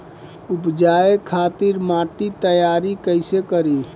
उपजाये खातिर माटी तैयारी कइसे करी?